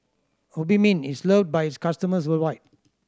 Obimin is loved by its customers worldwide